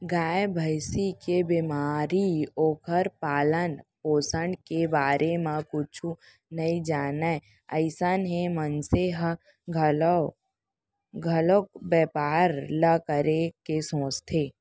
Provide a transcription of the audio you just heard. गाय, भँइसी के बेमारी, ओखर पालन, पोसन के बारे म कुछु नइ जानय अइसन हे मनसे ह घलौ घलोक बैपार ल करे के सोचथे